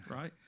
right